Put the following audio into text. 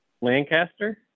Lancaster